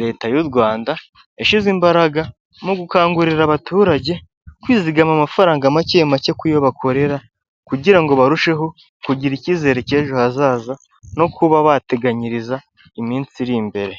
leta y'u Rwanda yashyize imbaraga mu gukangurira abaturage kwizigama amafaranga make make ku yo bakorera, kugira ngo barusheho kugira icyizere cy'ejo hazaza no kuba bateganyiriza iminsi iri imbere.